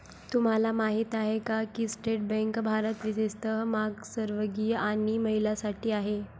तुम्हाला माहित आहे का की स्टँड अप भारत विशेषतः मागासवर्गीय आणि महिलांसाठी आहे